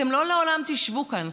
אתם לא לעולם תשבו כאן.